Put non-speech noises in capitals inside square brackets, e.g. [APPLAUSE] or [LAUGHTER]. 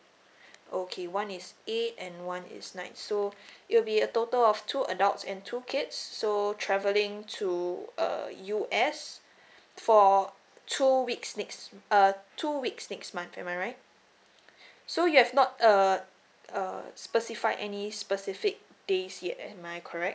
[BREATH] okay one is eight and one is nine so [BREATH] it will be a total of two adults and two kids so travelling to err U_S [BREATH] for two weeks next err two weeks next month am I right [BREATH] so you have not uh uh specify any specific days yet am I correct